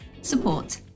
Support